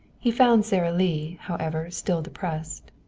he found sara lee, however, still depressed.